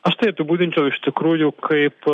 aš tai apibūdinčiau iš tikrųjų kaip